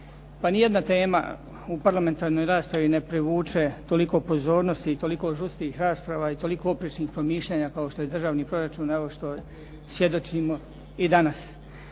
Pa nijedna tema u parlamentarnoj raspravi ne privuče toliko pozornosti i toliko žustrih rasprava i toliko oprečnih promišljanja kao što je državni proračun, evo što svjedočimo i danas.